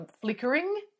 flickering